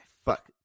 Fuck